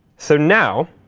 so now